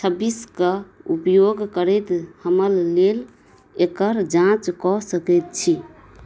छब्बीसके उपयोग करैत हमरा लेल एकर जाँच कऽ सकै छी